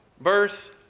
birth